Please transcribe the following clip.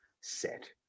set